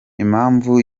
impamvu